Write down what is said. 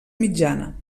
mitjana